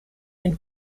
den